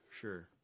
sure